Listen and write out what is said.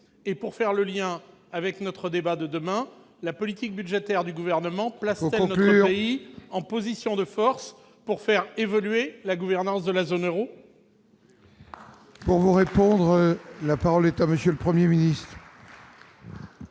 Et, pour faire le lien avec notre débat de demain, la politique budgétaire du Gouvernement ... Il faut conclure !... place-t-elle notre pays en position de force pour faire évoluer la gouvernance de la zone euro ?